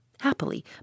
Happily